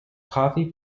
coffee